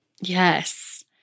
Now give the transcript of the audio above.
Yes